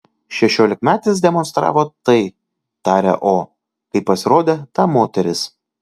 šešiolikmetis demonstravo tai tarė o kai pasirodė ta moteris